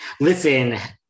listen